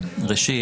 ראשית,